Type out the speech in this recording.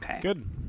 Good